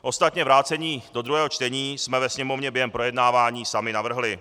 Ostatně vrácení do druhého čtení jsme ve Sněmovně během projednávání sami navrhli.